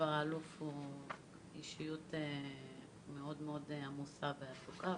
שהאלוף הוא אישיות מאוד מאוד עמוסה ועסוקה.